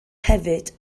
hefyd